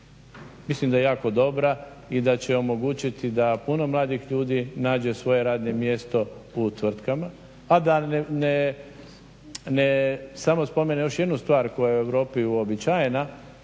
Mislim da je jako dobra i da će omogućiti da puno mladih ljudi nađe svoje radno mjesto u tvrtkama. A da samo spomenem još jednu stvar koja je u Europi uobičajena,